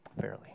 fairly